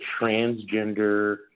transgender